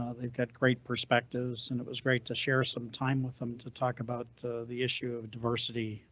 um they've got great perspectives and it was great to share some time with them to talk about the issue of diversity,